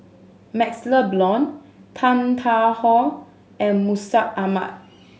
MaxLe Blond Tan Tarn How and Mustaq Ahmad